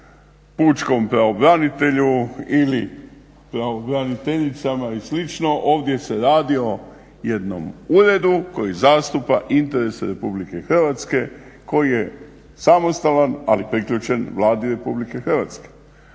pučkom pravobranitelju ili pravobraniteljica i slično, ovdje se radi o jednom uredu koji zastupa interese RH koji je samostalan ali priključen Vladi RH. Utoliko je